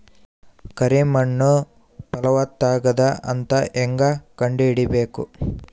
ಕರಿ ಮಣ್ಣು ಫಲವತ್ತಾಗದ ಅಂತ ಹೇಂಗ ಕಂಡುಹಿಡಿಬೇಕು?